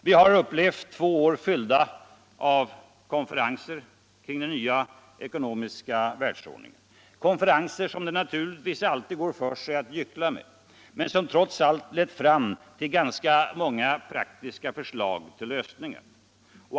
Vi har upplevt två år fyllda med konferenser kring den nya ekonomiska världsordningen, konferenser som det naturligtvis alltid går för sig att gyckla med, men som trots allt lett fram till ganska många praktiska förslag till lösningar.